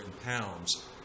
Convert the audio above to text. pounds